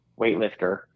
weightlifter